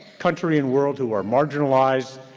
country and world who are marginalized,